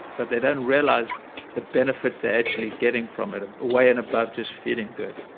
but they don't realize the benefits they're actually getting from it, away and above just feeling good